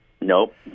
Nope